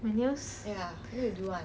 my nails